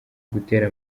gutera